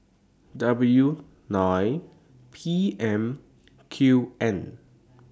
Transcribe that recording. W nine P M Q N